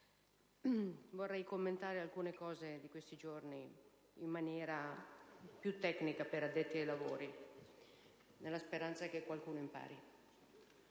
vorrei commentare alcune cose di questi giorni in maniera più tecnica per addetti ai lavori, nella speranza che qualcuno impari.